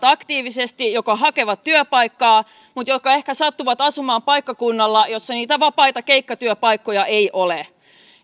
aktiivisesti jotka hakevat työpaikkaa mutta jotka ehkä sattuvat asumaan paikkakunnalla jolla niitä vapaita keikkatyöpaikkoja ei ole